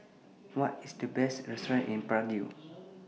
What IS The Best restaurants in Prague